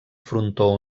frontó